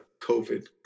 COVID